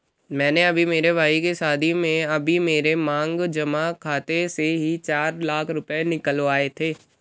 मैंने अभी मेरे भाई के शादी में अभी मेरे मांग जमा खाते से ही चार लाख रुपए निकलवाए थे